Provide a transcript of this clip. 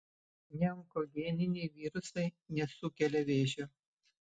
neonkogeniniai virusai nesukelia vėžio